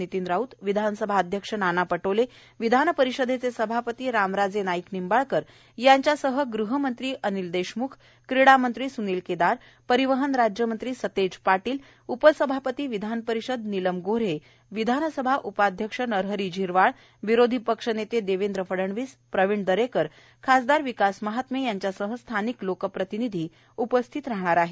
नितीन राऊत विधानसभा अध्यक्ष नाना पटोलेविधान परिषदेचे सभापती रामराजे नाईक निंबाळकर यांच्यासह गृहमंत्री अनिल देशम्ख क्रीडामंत्री सुनील केदार परिवहन राज्यमंत्री सतेज पाटील उपसभापती विधानपरिषद निलम गोऱ्हे विधानसभा उपाध्यक्ष नरहरी झिरवाळविरोधी पक्ष नेते देवेंद्र फडणवीस प्रवीण दरेकर खासदार विकास महात्मे यांच्यासह स्थानिक लोकप्रतिनिधी उपस्थित राहणार आहेत